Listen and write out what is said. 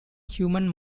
human